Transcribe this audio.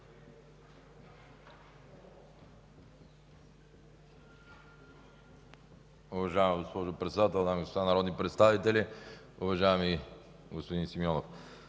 Уважаема госпожо Председател, дами и господа народни представители, уважаеми господин Симеонов!